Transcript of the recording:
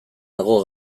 dago